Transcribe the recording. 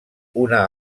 una